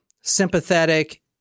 sympathetic